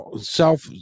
self